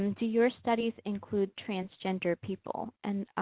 and do your studies include transgender people and,